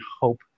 hope